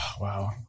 Wow